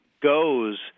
goes